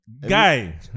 Guy